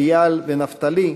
איל ונפתלי,